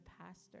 pastor